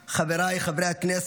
חבריי חברי הכנסת,